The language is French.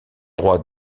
rois